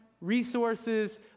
resources